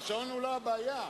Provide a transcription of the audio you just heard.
השעון הוא לא הבעיה.